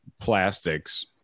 plastics